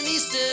East